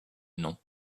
non